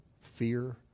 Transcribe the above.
fear